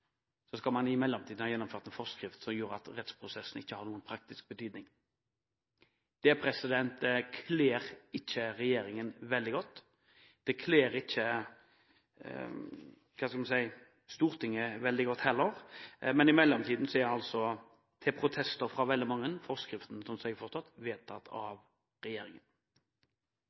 skal man i mellomtiden ha innført en forskrift som gjør at rettsprosessen ikke har noen praktisk betydning. Det kler ikke regjeringen veldig godt. Det kler heller ikke – hva skal vi si – Stortinget veldig godt. Men i mellomtiden blir altså – til protester fra veldig mange – forskriften, slik jeg har forstått det, vedtatt av regjeringen.